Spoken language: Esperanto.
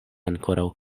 ankoraŭ